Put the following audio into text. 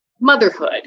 motherhood